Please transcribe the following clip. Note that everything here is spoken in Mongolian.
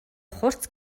хурц